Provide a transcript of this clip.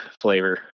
flavor